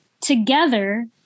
together